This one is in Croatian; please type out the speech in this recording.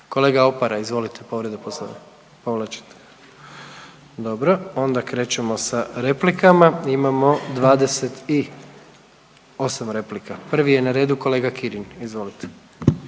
Kolega Opara, izvolite, povreda Poslovnika. Dobro. Onda krećemo sa replikama. Imamo 28 replika. Prvi je na redu kolega Kirin. Izvolite.